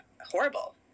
horrible